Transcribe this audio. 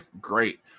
great